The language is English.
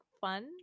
fun